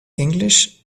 english